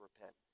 repent